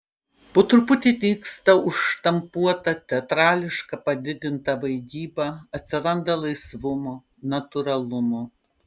po truputį nyksta užštampuota teatrališka padidinta vaidyba atsiranda laisvumo natūralumo